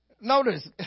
Notice